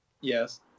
Yes